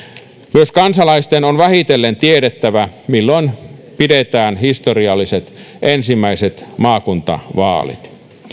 myös kansalaisten on vähitellen tiedettävä milloin pidetään historialliset ensimmäiset maakuntavaalit